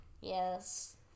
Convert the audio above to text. Yes